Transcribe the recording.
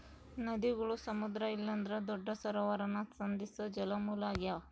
ನದಿಗುಳು ಸಮುದ್ರ ಇಲ್ಲಂದ್ರ ದೊಡ್ಡ ಸರೋವರಾನ ಸಂಧಿಸೋ ಜಲಮೂಲ ಆಗ್ಯಾವ